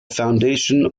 foundation